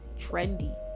trendy